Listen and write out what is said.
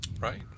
right